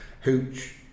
Hooch